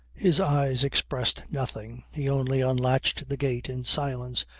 his eyes expressed nothing he only unlatched the gate in silence,